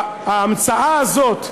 ההמצאה הזאת,